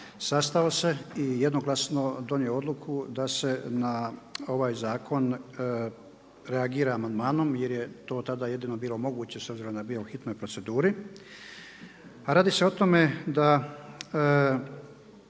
sastao se i jednoglasno donio odluku da se na ovaj zakon reagira amandmanom jer je to tada jedino bilo moguće s obzirom da je bio u hitnoj proceduri. A radi se o tome da